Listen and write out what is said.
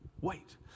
Wait